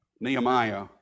Nehemiah